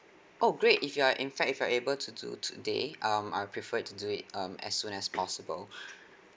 oh great if you are in fact if you're able to do today um I prefer to do it um as soon as possible